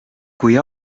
kui